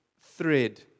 thread